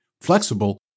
flexible